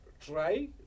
try